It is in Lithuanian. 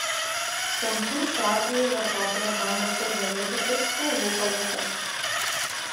samsung šiuo atveju vartotoją bando sužavėti tik spalvų palete